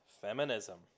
feminism